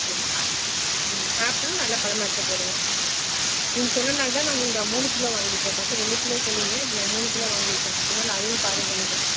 சரி ஆ ம் ஆப்பிளும் நல்ல பழமாக எடுத்து போடுங்க நீங்கள் சொன்னனால தான் நான் உங்கக்கிட்ட மூணு கிலோ வாங்கிட்டேன் ஃபஸ்ட்டு ரெண்டு கிலோ சொன்னிங்க நான் மூணு கிலோ வாங்கிருக்கேன் அதனால் அதுவும் பாருங்க நீங்கள்